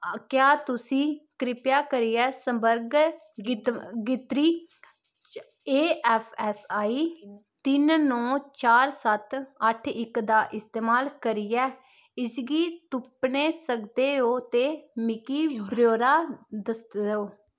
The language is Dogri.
क्या तुसी कृप्या करियै संभर्ग गितरी ए एस एफ आई तिन्न चार नौ सत्त अट्ठ दा इस्तेमाल करियै इसगी तुप्पने सकदे ओ ते मिगी ब्यौरा दस्सेओ